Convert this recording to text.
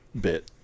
bit